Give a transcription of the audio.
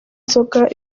inzoga